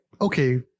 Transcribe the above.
Okay